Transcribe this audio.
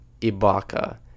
Ibaka